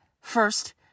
first